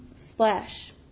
splash